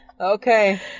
Okay